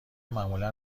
معمولا